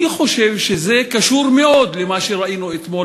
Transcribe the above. אני חושב שזה קשור מאוד למה שראינו אתמול